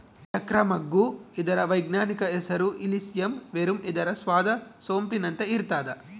ಚಕ್ರ ಮಗ್ಗು ಇದರ ವೈಜ್ಞಾನಿಕ ಹೆಸರು ಇಲಿಸಿಯಂ ವೆರುಮ್ ಇದರ ಸ್ವಾದ ಸೊಂಪಿನಂತೆ ಇರ್ತಾದ